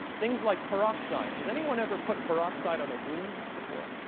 things like peroxide. has anyone ever put peroxide on a wound before?